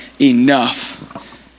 enough